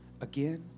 again